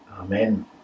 Amen